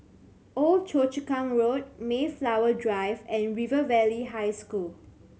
Old Choa Chu Kang Road Mayflower Drive and River Valley High School